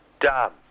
Done